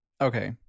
Okay